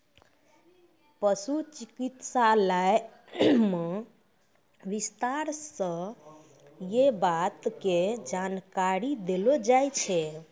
पशु चिकित्सालय मॅ विस्तार स यै बात के जानकारी देलो जाय छै